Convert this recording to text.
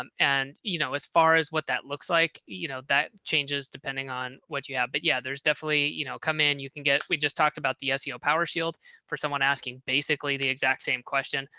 um and you know, as far as what that looks like, you know, that changes depending on what you have, but yeah, there's definitely you know, come in you can get we just talked about the seo power shield for someone asking basically the exact same question.